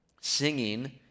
Singing